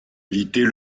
éviter